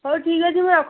ହଉ ଠିକ୍ ଅଛି ମୁଁ ରଖୁଛି